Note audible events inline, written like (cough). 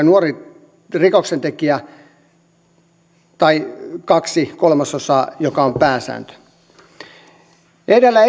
(unintelligible) nuori rikoksentekijä tai kaksi kolmasosaa joka on pääsääntö edellä (unintelligible)